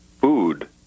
food